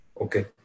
Okay